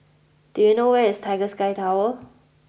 do you know where is Tiger Sky Tower